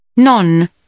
non